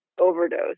overdose